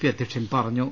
P അധ്യക്ഷൻ പറഞ്ഞു